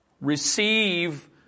Receive